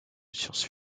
science